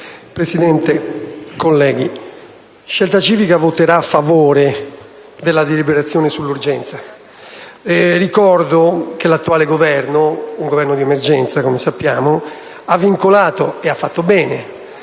Presidente, colleghi, il Gruppo Scelta Civica voterà a favore della dichiarazione di urgenza. Ricordo che l'attuale Governo (un Esecutivo di emergenza, come sappiamo) ha vincolato - e ha fatto bene